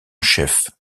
chef